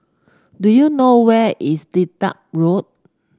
do you know where is Dedap Road